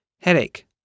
Headache